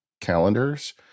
calendars